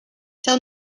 tell